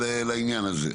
לעניין הזה.